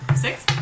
Six